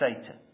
Satan